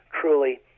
truly